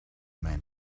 men